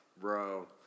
Bro